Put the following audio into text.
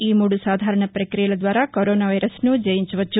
ఈ మూడు సాధారణ పక్రియల ద్వారా కరోనా వైరస్ను జయించవచ్చు